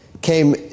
came